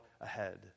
ahead